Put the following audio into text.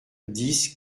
dix